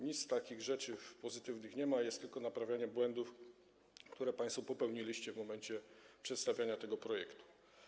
Nic z takich pozytywnych rzeczy nie ma, jest tylko naprawianie błędów, które państwo popełniliście w momencie przedstawiania tego projektu.